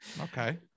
okay